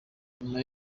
nyuma